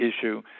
issue